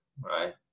right